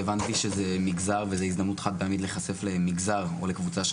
והבנתי שזאת הזדמנות להיחשף לקבוצה של